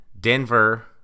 Denver